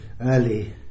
early